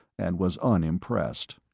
and was unimpressed.